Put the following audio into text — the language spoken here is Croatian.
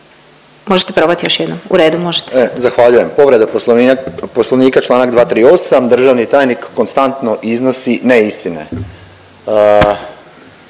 možete sad. **Piližota, Boris (SDP)** Zahvaljujem. Povreda Poslovnika članak 238. Državni tajnik konstantno iznosi neistine,